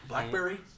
blackberry